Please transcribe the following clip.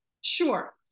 Sure